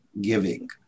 giving